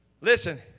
Listen